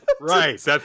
Right